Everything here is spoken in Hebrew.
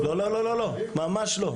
ממש לא.